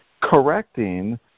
correcting